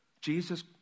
Jesus